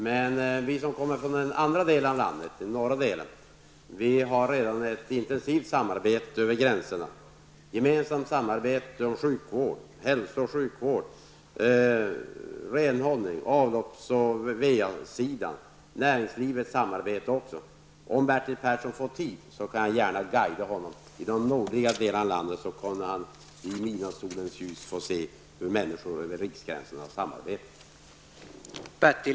Men vi i de norra delarna av landet har redan ett intensivt samarbete över gränserna, och det rör hälso och sjukvård, renhållning, avlopps och VA-anläggningar, näringslivet osv. Om Bertil Persson får tid kan jag gärna guida honom i de nordliga delarna av landet. Då får han i midnattssolens ljus at få se hur människor samarbetar över riksgränserna.